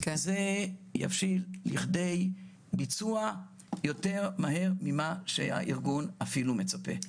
זה יבשיל לכדי ביצוע יותר מהר ממה שהארגון אפילו מצפה,